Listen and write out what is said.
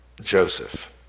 Joseph